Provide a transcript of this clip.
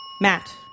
Matt